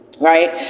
right